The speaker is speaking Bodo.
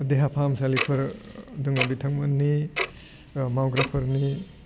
देहा फाहामसालिफोर दङ बिथांमोननि मावग्राफोरनि